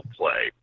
play